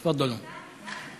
תפאדלו.